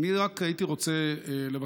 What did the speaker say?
אני רק הייתי רוצה לבקש,